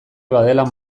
badela